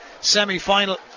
semi-final